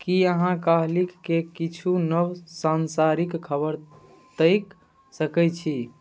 की अहाँ काल्हिके किछु नव सन्सारिक खबर ताकि सकैत छी